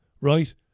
right